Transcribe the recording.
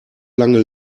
lange